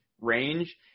range